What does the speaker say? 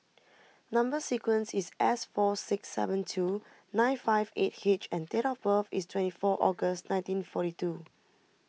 Number Sequence is S four six seven two nine five eight eight H and date of birth is twenty four August nineteen forty two